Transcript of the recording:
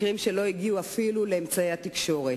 מקרים שלא הגיעו אפילו לאמצעי התקשורת.